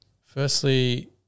Firstly